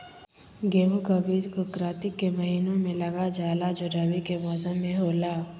गेहूं का बीज को कार्तिक के महीना में लगा जाला जो रवि के मौसम में होला